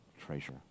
treasure